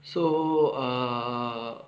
so err